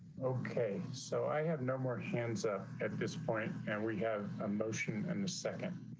okay, so i have no more hands up at this point and we have a motion and a second.